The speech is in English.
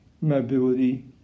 mobility